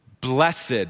blessed